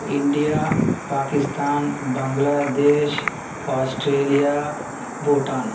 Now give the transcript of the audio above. India Pakistan Bangladesh Australia Bhutan